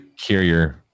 carrier